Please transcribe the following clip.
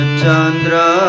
Chandra